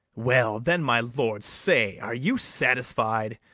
well, then, my lord, say, are you satisfied?